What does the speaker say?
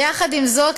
יחד עם זאת,